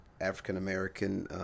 African-American